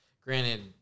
granted